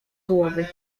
głowy